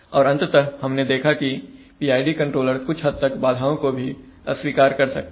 और अंततः हमने देखा की PID कंट्रोलर कुछ हद तक बाधाओं को भी अस्वीकार कर सकता है